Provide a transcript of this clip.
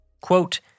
Quote